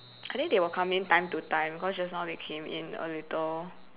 I think they will come in time to time because just now they came in a little